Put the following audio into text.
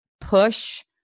push